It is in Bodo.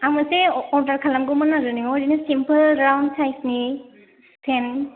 आं मोनसे अरदार खालामगौमोन आरो नोंनाव बिदिनो सिमपोल राउन्द साइजनि सेन